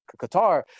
Qatar